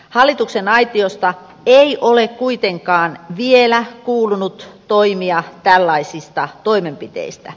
hallituksen aitiosta ei ole kuitenkaan vielä kuulunut toimia tällaisista toimenpiteistä